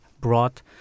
brought